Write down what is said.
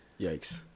Yikes